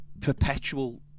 perpetual